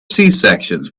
sections